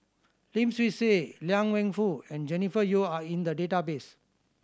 Lim Swee Say Liang Wenfu and Jennifer Yeo are in the database